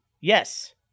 Yes